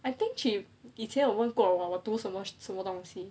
I think she 以前有问过我读什么什么东西